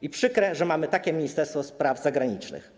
To przykre, że mamy takie Ministerstwo Spraw Zagranicznych.